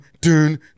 dun